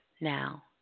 now